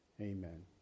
Amen